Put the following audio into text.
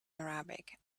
arabic